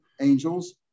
angels